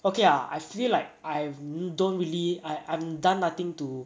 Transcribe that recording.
okay lah I feel like I've don't really I I'm done nothing to